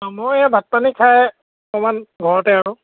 অঁ ময়ো এইয়া ভাত পানী খাই অকমান ঘৰতে আৰু